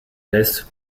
list